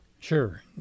Sure